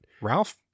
Ralph